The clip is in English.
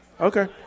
Okay